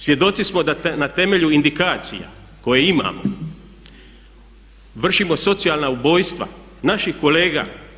Svjedoci smo da na temelju indikacija koje imamo vršimo socijalna ubojstva naših kolega.